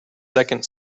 second